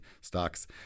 stocks